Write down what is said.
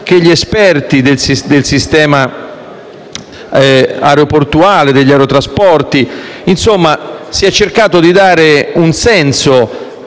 agli esperti del sistema aeroportuale e degli aerotrasporti. Insomma, si è cercato non solo di dare un senso